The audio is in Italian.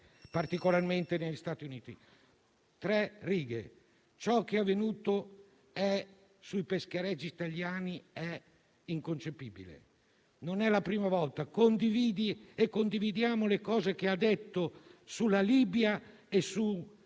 particolarmente negli Stati Uniti. Ciò che è avvenuto sui pescherecci italiani è inconcepibile. Non è la prima volta. Condividiamo le cose che ha detto sulla Libia e sulla